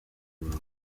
wabona